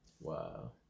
Wow